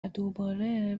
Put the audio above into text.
دوباره